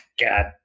God